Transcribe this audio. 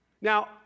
Now